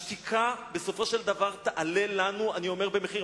השתיקה בסופו של דבר תעלה לנו במחיר,